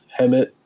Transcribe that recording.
Hemet